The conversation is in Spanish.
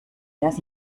las